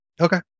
okay